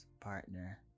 partner